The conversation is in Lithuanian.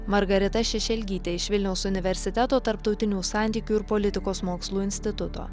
margarita šešelgytė iš vilniaus universiteto tarptautinių santykių ir politikos mokslų instituto